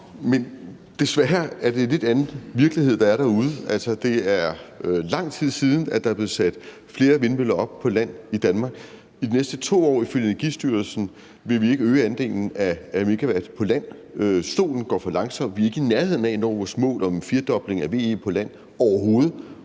Men desværre er det en lidt anden virkelighed, der er derude. Altså, det er lang tid siden, at der er blevet sat flere vindmøller op på land i Danmark. Ifølge Energistyrelsen vil vi i de næste 2 år ikke øge andelen af megawatt på land. Det går for langsomt med solenergien. Vi er ikke i nærheden af at nå vores mål om en firdobling af VE på land – overhovedet